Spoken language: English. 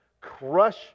crush